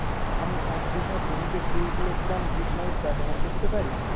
আমি এক বিঘা জমিতে কুড়ি কিলোগ্রাম জিপমাইট ব্যবহার করতে পারি?